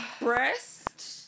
Breast